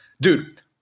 dude